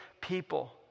people